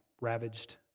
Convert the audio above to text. ravaged